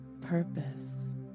purpose